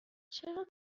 چرا